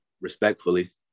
respectfully